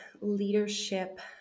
leadership